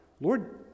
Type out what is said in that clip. Lord